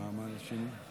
התשפ"ג 2023,